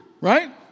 right